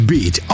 Beat